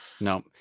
no